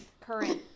current